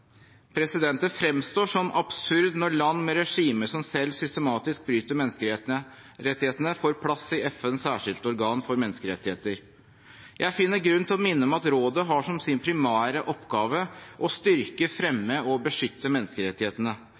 Det fremstår som absurd når land med regimer som selv systematisk bryter menneskerettighetene, får plass i FNs særskilte organ for menneskerettigheter. Jeg finner grunn til å minne om at rådet har som sin primære oppgave å styrke, fremme og beskytte menneskerettighetene.